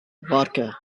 vodka